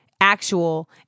actual